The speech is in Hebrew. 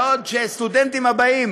בעוד שהסטודנטים הבאים,